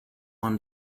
one